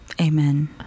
Amen